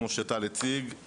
כמו שטל הציג,